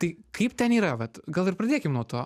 tai kaip ten yra vat gal ir pradėkim nuo to